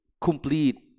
complete